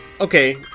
Okay